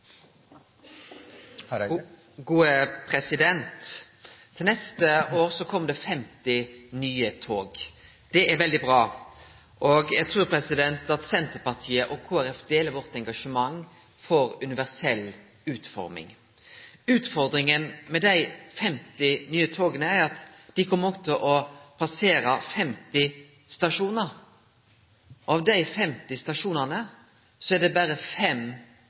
Til neste år kjem det 50 nye tog. Det er veldig bra. Eg trur at Senterpartiet og Kristeleg Folkeparti deler engasjementet for universell utforming. Utfordringa med dei 50 nye toga er at dei òg kjem til å passere 50 stasjonar. Av dei 50 stasjonane er det berre fem